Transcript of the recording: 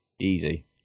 Easy